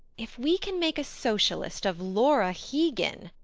if we can make a socialist of laura hegan.